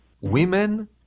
Women